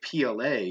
PLA